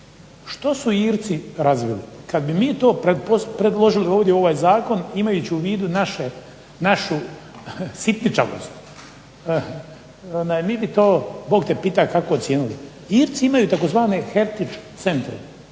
Što su Irci razvili? Kad bi mi to predložili ovdje u ovaj zakon imajući u vidu našu sitničavost vi bi to Bog te pitaj kako ocijenili. Irci imaju tzv. heritage centre